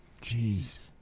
Jeez